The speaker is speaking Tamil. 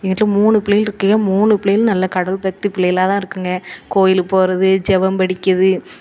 எங்கள் வீட்டில் மூணு புள்ளைகள் இருக்குது மூணு புள்ளைகளும் நல்ல கடவுள் பக்தி புள்ளைகளா தான் இருக்குதுங்க கோவிலுக்கு போகிறது ஜெபம் படிக்கிறது